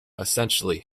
essentially